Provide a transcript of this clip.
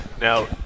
now